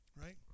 Right